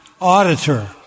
auditor